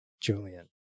Julian